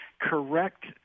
correct